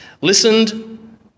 Listened